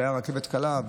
שהייתה רכבת קלה,